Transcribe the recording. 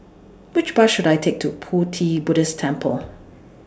Which Bus should I Take to Pu Ti Buddhist Temple